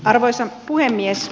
arvoisa puhemies